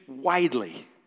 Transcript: widely